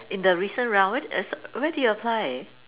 in the recent round where did you apply